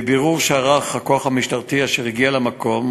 מבירור שערך הכוח המשטרתי אשר הגיע למקום